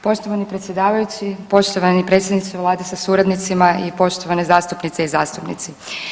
Poštovani predsjedavajući, poštovani predsjedniče Vlade sa suradnicima i poštovane zastupnice i zastupnici.